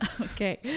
Okay